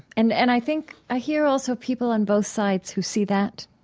and and i think i hear also people on both sides who see that,